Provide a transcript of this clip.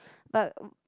but